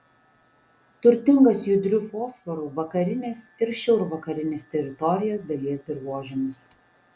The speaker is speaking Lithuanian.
turtingas judriu fosforu vakarinės ir šiaurvakarinės teritorijos dalies dirvožemis